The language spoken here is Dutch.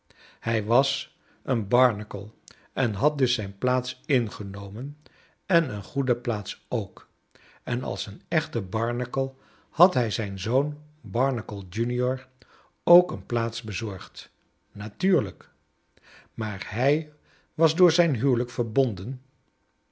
hij was een barnacle en had dus zijn plaats ingenomem en een goede plaats ook en als een echte barnacle had hij zijn zoon barnacle junior ook een plaats bezorgd natuurlijkl maar hij was door zijn huwelijk verbonden